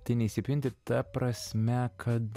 tai neįsipinti ta prasme kad